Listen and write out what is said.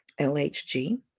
LHG